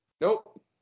nope